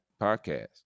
podcast